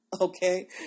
Okay